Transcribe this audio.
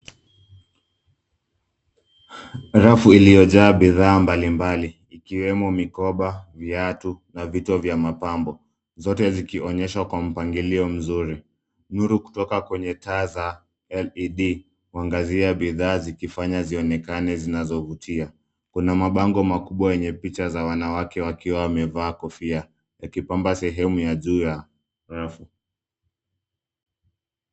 Rafu iliyojaa bidhaa mbalimbali ikiwemo mikoba, viatu na vitu vya mapambo. Zote zikionyeshwa kwa mpangilio mzuri. Nuru kutoka kwenye taa za LED , wangazia bidhaa zikifanya zionekane zinazovutia. Kuna mabango makubwa yenye picha za wanawake wakiwa wamevaa kofia. Ikipamba sehemu ya juu ya rafu.